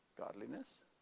Godliness